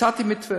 הצעתי מתווה.